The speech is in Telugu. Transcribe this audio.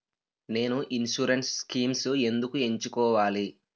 నేను ఇన్సురెన్స్ స్కీమ్స్ ఎందుకు ఎంచుకోవాలి?